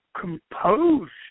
composed